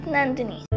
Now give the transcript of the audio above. Nandini